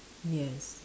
yes